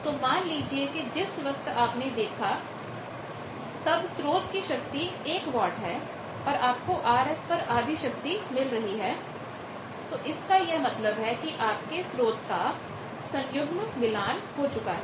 तो मान लीजिए कि जिस वक्त आपने देखा तब स्रोत की शक्ति एक वाट है और आपको Rs पर आधी शक्ति मिल रही है इसका यह मतलब है कि आपके स्त्रोत का सन्युग्म मिलान conjugate matchingकोंजूगेट मैचिंग हो चुका है